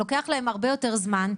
לוקח להם הרבה יותר זמן,